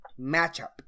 matchup